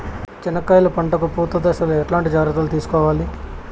చెనక్కాయలు పంట కు పూత దశలో ఎట్లాంటి జాగ్రత్తలు తీసుకోవాలి?